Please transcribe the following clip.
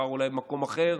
מחר אולי במקום אחר,